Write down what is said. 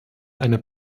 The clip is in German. eine